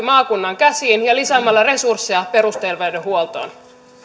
maakunnan käsiin ja lisäämällä resursseja perusterveydenhuoltoon